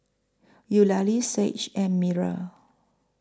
Eulalie Sage and Myrl